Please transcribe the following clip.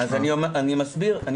אז אני מסביר -- אני